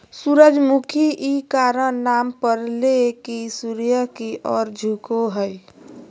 सूरजमुखी इ कारण नाम परले की सूर्य की ओर झुको हइ